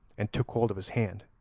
and took hold of his hand,